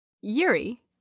Yuri